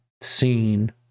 scene